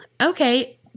okay